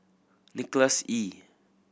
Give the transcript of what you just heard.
Nicholas Ee